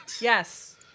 Yes